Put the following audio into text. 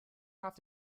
have